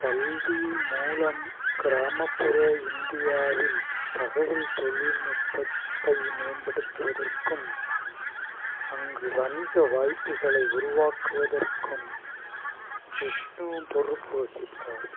கல்வி மூலம் கிராமப்புற இந்தியாவில் தகவல் தொழில்நுட்பத்தை மேம்படுத்துவதற்கும் அங்கு வணிக வாய்ப்புகளை உருவாக்குவதற்கும் ஜிஷ்ணு பொறுப்பு வகித்தார்